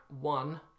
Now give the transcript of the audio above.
one